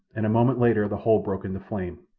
and a moment later the whole broke into flame.